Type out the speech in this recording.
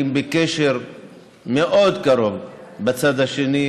אני בקשר מאוד קרוב בצד השני,